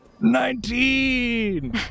Nineteen